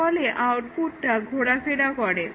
এর ফলে আউটপুটটা ঘোরাফেরা করে